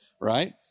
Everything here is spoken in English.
right